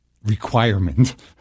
requirement